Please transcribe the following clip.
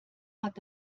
hat